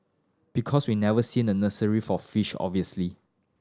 because we never seen a nursery for fish obviously